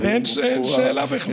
אין שאלה בכלל.